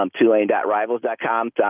tulane.rivals.com